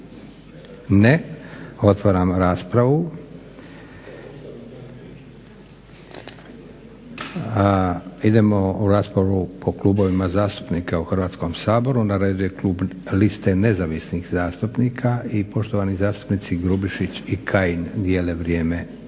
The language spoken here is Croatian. Ne. Otvaramo raspravu. Idemo u raspravu po klubovima zastupnika u Hrvatskom saboru, na redu je klub liste Nezavisnih zastupnika i poštovani zastupnici Grubišić i Kajin dijele vrijeme